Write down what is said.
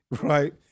right